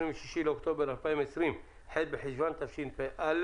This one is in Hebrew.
היום 26 באוקטובר 2020, ח' בחשוון התשפ"א.